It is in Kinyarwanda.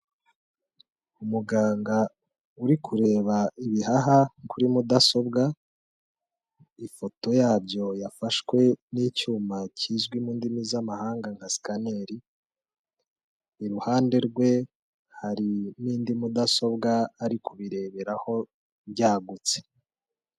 Umuganga uri kureba ibihaha kuri mudasobwa, ifoto yabyo yafashwe n'icyuma kizwi mu ndimi z'amahanga nka ''scanner,'' iruhande rwe hari n'indi mudasobwa ari kubireberaho byagutse.